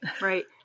right